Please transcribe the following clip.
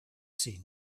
seen